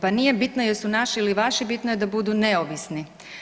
Pa nije bitno jesu naši ili vaši, bitno je da budu neovisni.